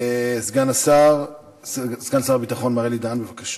סגן שר הביטחון מר אלי בן-דהן, בבקשה.